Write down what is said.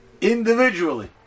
individually